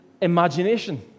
imagination